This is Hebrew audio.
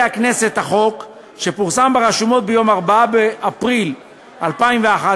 הכנסת החוק שפורסם ברשומות ביום 4 באפריל 2011,